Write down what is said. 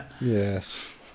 Yes